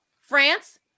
France